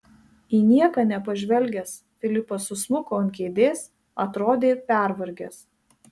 į nieką nepažvelgęs filipas susmuko ant kėdės atrodė pervargęs